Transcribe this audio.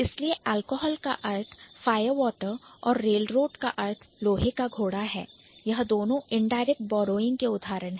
इसलिए एल्कोहल का अर्थ फायर वॉटर और रेलरोड का अर्थ लोहे का घोड़ा हैयह दोनों Indirect Borrowing इनडायरेक्ट बौरोइंग के उदाहरण हैं